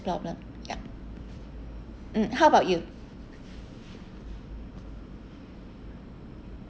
problem up mm how about you